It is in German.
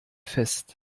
fest